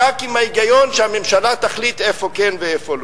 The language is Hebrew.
רק עם ההיגיון שהממשלה תחליט איפה כן ואיפה לא.